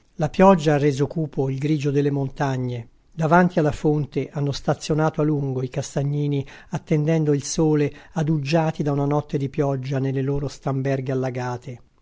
la pioggia à reso cupo il grigio delle montagne davanti alla fonte hanno stazionato a lungo i castagnini attendendo il sole aduggiati da una notte di pioggia nelle loro stamberghe allagate